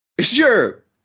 sure